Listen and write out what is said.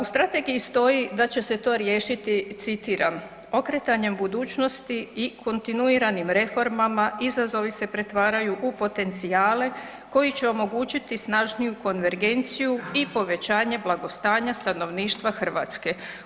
U strategiji stoji da će se to riješiti, citiram, okretanjem budućnosti i kontinuiranim reformama izazovi se pretvaraju u potencijale koji će omogućiti snažniju konvergenciju i povećanje blagostanja stanovništva Hrvatske.